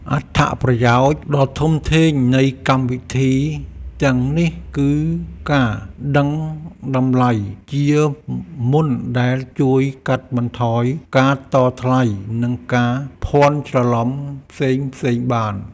អត្ថប្រយោជន៍ដ៏ធំធេងនៃកម្មវិធីទាំងនេះគឺការដឹងតម្លៃជាមុនដែលជួយកាត់បន្ថយការតថ្លៃនិងការភាន់ច្រឡំផ្សេងៗបាន។